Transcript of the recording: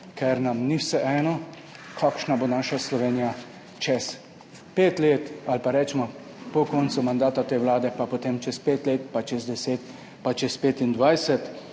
ker nam ni vseeno, kakšna bo naša Slovenija čez pet let ali pa recimo po koncu mandata te vlade pa potem čez pet let pa čez 10 pa čez 25. In tako,